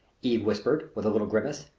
eve whispered, with a little grimace.